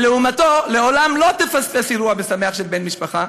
שלעומתו לעולם לא תפספס אירוע משמח של בן משפחה,